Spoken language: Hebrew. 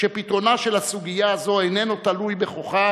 שפתרונה של הסוגיה הזאת איננו תלוי בכוחה